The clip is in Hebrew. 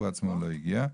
הוא עצמו לא הגיע,